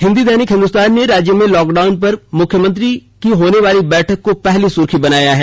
हिन्दी दैनिक हिंदुस्तान ने राज्य में लॉकडाउन पर मुख्यमंत्री की होनेवाली बैठक को पहली सुर्खी बनाया है